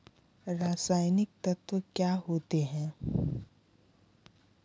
रसायनिक तत्व क्या होते हैं?